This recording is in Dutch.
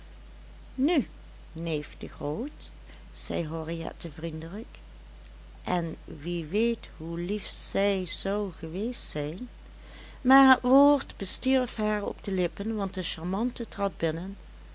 nu neef de groot zei henriette vriendelijk en wie weet hoe lief zij zou geweest zijn maar het woord bestierf haar op de lippen want de charmante trad binnen